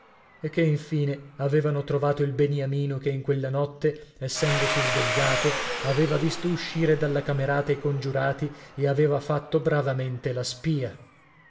e che infine avevano trovato il beniamino che in quella notte essendosi svegliato aveva visto uscire dalla camerata i congiurati e aveva fatto bravamente la spia